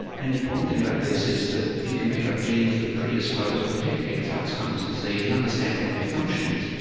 and the important thing about this is that if you can pick up genes that predispose or protect against alzheimer's disease and understand what their function is,